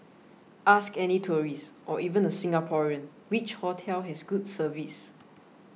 ask any tourist or even a Singaporean which hotel has good service